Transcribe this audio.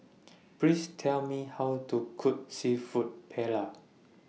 Please Tell Me How to Cook Seafood Paella